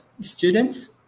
students